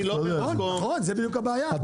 זו בדיוק הבעיה.